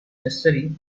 necessary